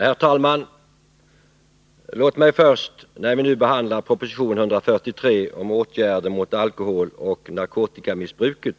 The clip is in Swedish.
Herr talman! Låt mig först, när vi nu behandlar proposition 143 om åtgärder mot alkoholoch narkotikamissbruket,